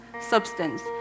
substance